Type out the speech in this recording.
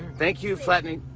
thank you, flattening